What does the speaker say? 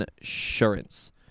insurance